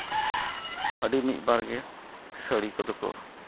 ᱟᱹᱰᱤ ᱢᱤᱫ ᱵᱟᱨᱜᱮ ᱥᱟᱹᱲᱤ ᱠᱚᱫᱚ ᱠᱚ